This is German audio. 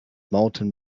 mountain